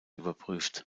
überprüft